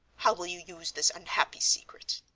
how will you use this unhappy secret?